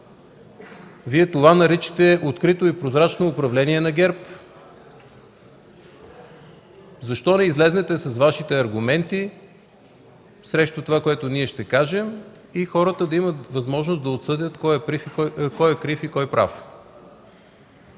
Вие това ли наричате открито и прозрачно управление на ГЕРБ? Защо не излезете с Вашите аргументи срещу това, което ние ще кажем и хората да имат възможност да отсъдят кой е крив и кой е прав?